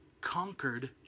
conquered